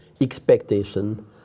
expectation